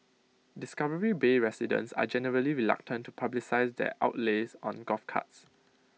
discovery bay residents are generally reluctant to publicise their outlays on golf carts